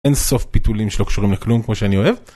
אין סוף פיתולים שלא קשורים לכלום כמו שאני אוהב